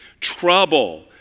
trouble